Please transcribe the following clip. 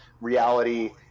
reality